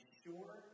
sure